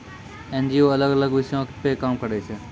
NGO अलग अलग विषयो पे काम करै छै